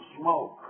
smoke